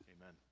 Amen